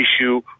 issue